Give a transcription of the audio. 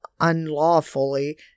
unlawfully